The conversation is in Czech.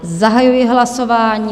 Zahajuji hlasování.